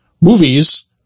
movies